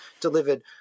delivered